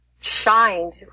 shined